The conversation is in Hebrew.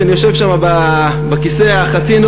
כשאני יושב שם בכיסא החצי-נוח,